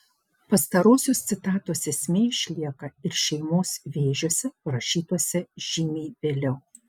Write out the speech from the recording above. pastarosios citatos esmė išlieka ir šeimos vėžiuose parašytuose žymiai vėliau